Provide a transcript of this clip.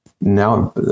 now